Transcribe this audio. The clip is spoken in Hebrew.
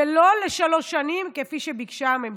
ולא בשלוש שנים כפי שביקשה הממשלה.